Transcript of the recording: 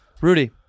Rudy